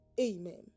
amen